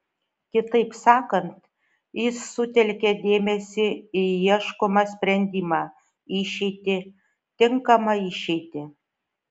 kitaip sakant jis sutelkia dėmesį į ieškomą sprendimą išeitį tinkamą išeitį